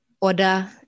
order